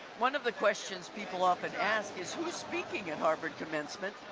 one of the questions people often ask is who's speaking at harvard commencement?